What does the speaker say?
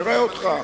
נראה אותך.